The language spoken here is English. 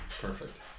Perfect